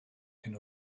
hyn